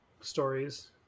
stories